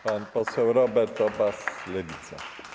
Pan poseł Robert Obaz, Lewica.